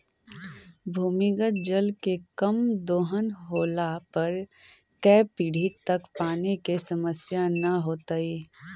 भूमिगत जल के कम दोहन होला पर कै पीढ़ि तक पानी के समस्या न होतइ